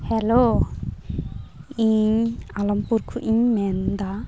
hello ᱤᱧ ᱟᱞᱚᱢᱯᱩᱨ ᱠᱷᱚᱡ ᱤᱧ ᱢᱮᱱ ᱮᱫᱟ